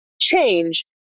change